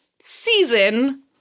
season